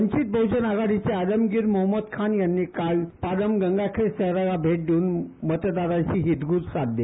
वंचित बहजन आघाडीचे आलमगीर मोहम्मद खान यांनी पालम गंगाखेड शहराला भेट देवून मतदारांशी हितगुज साधले